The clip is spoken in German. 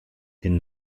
den